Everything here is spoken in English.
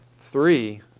Three